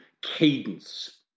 cadence